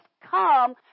come